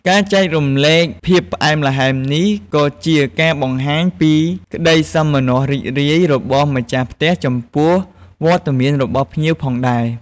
ការចែករំលែកភាពផ្អែមល្ហែមនេះ ក៏ជាការបង្ហាញពីក្តីសោមនស្សរីករាយរបស់ម្ចាស់ផ្ទះចំពោះវត្តមានរបស់ភ្ញៀវផងដែរ។